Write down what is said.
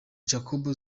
jacob